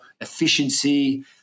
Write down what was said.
efficiency